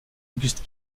auguste